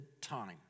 time